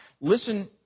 Listen